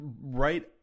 right